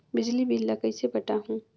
बिजली बिल ल कइसे पटाहूं?